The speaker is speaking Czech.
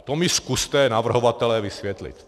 To mi zkuste, navrhovatelé, vysvětlit.